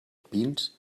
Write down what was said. pins